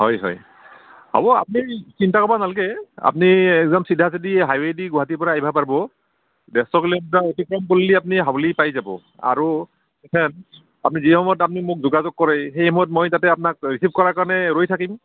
হয় হয় হ'ব আপুনি চিন্তা কৰিব নালাগে আপুনি একদম চিধা চিধি হাইৱেদি গুৱাহাটীৰ পৰা আহিব পাৰিব ডেৰশ কিলোমিটাৰ অতিক্ৰম কৰিলে আপুনি হাউলী পাই যাব আৰু এথেন আপুনি যি সময়ত আপুনি মোক যোগাযোগ কৰে সেই সময়ত মই তাতে আপনাক ৰিচিভ কৰাৰ কাৰণে ৰৈ থাকিম